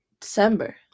December